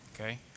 Okay